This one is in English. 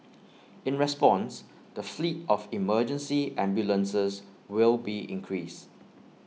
in response the fleet of emergency ambulances will be increased